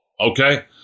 Okay